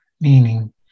meaning